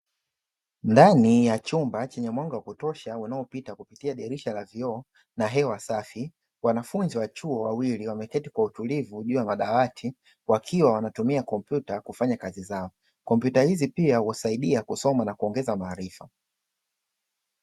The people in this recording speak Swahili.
Ndani ya chumba chenye mwanga wa kutosha unaopita kupitia dirisha la vioo na hewa safi wanafunzi wa chuo wawili wameketi kwa utulivu juu ya madawati wakiwa wqnatumia kompyuta kufanya kazi zao. Kompyuta hizi pia huwasaidia kusoma na kuongeza maharifa.